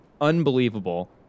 Unbelievable